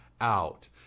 out